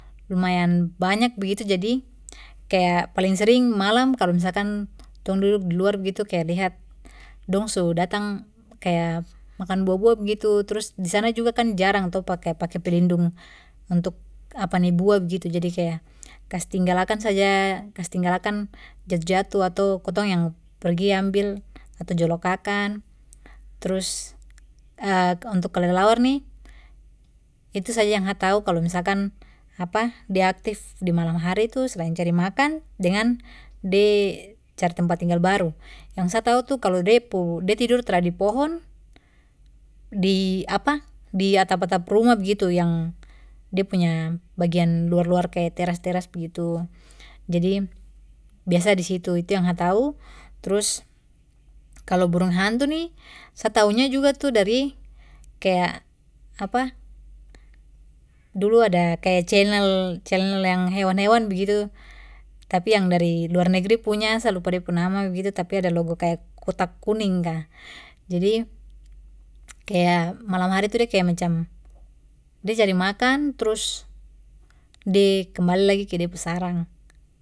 Lumayan banyak begitu jadi kayak paling sering malam kalo misalkan tong duduk di luar begitu kaya lihat dong su datang kaya makan bua-bua begitu. Trus di sana juga kan jarang to pake-pake pelindung untuk bua begitu, jadi kaya kasi tinggal akan saja, kasi tinggal akan jatu-jatu atau ketong yang pergi ambil atau jolok akan. Trus untuk kelelawar ni itu saja yang sa tahu kalau misalkan dia aktif di malam hari tu selain cari makan dengan de cari tempat tinggal baru. Yang sa tahu tu kalo de pu, de tidur tra di pohon, di di atap-atap ruma begitu yang da punya bagian luar-luar kaya teras-teras begitu, jadi biasa di situ. itu yang sa tau. Trus, kalo burung hantu ni sa tahunya juga tu dari kayak dulu ada kaya channel-channel yang hewan-hewan begitu tapi yang dari luar negeri punya, sa lupa de pu nama begitu, tapi ada logo kaya kotak kuning ka. Jadi kaya malam hari tu de kaya macam, de cari makan trus de kembali lagi ke de pu sarang.